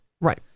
Right